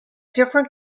different